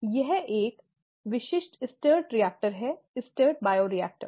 यह एक विशिष्ट स्टर्ड रिएक्टर है स्टर्ड बायोरिएक्टर